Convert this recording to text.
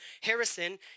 Harrison